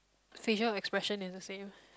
facial expression is the same